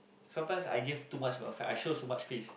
sometimes I give too much respect I show too much face